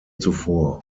zuvor